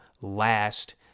last